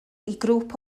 grŵp